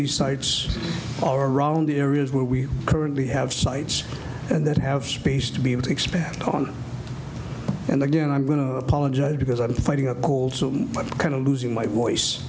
these sites all around the areas where we currently have sites and that have space to be able to expand and again i'm going to apologize because i'm fighting a cold so i'm kind of losing my voice